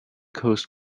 coast